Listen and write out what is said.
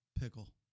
pickle